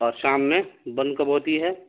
اور شام میں بند کب ہوتی ہے